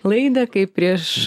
laidą kaip prieš